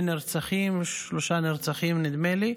נרצחים או 103 נרצחים, נדמה לי.